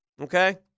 Okay